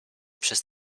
przez